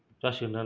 जासिगोन दां ना